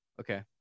Okay